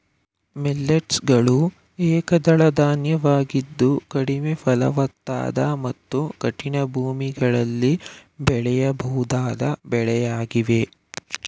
millets ಗಳು ಏಕದಳ ಧಾನ್ಯವಾಗಿದ್ದು ಕಡಿಮೆ ಫಲವತ್ತಾದ ಮತ್ತು ಕಠಿಣ ಭೂಮಿಗಳಲ್ಲಿ ಬೆಳೆಯಬಹುದಾದ ಬೆಳೆಯಾಗಿವೆ